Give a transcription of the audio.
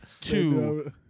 two